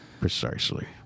precisely